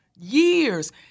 years